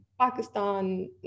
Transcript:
Pakistan